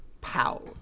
POW